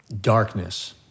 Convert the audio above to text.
Darkness